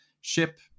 ship